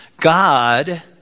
God